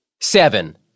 Seven